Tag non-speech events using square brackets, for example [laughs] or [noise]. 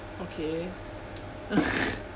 okay [laughs]